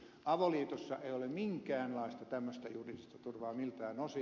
avoliitossa ei ole minkäänlaista tämmöistä juridista turvaa miltään osin